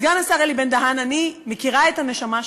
סגן השר אלי בן-דהן, אני מכירה את הנשמה שלך,